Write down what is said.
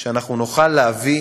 שאנחנו נוכל להביא